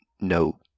no